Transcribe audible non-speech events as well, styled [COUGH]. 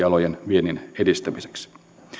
[UNINTELLIGIBLE] alojen viennin edistämiseksi